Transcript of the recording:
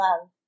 love